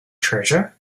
treasure